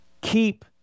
Keep